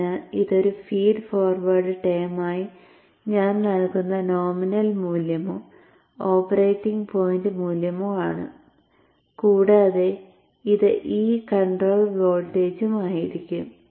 അതിനാൽ ഇത് ഒരു ഫീഡ് ഫോർവേഡ് ടേം ആയി ഞാൻ നൽകുന്ന നോമിനൽ മൂല്യമോ ഓപ്പറേറ്റിംഗ് പോയിന്റ് മൂല്യമോ ആണ് കൂടാതെ ഇത് ഈ കൺട്രോൾ വോൾട്ടേജും ആയിരിക്കും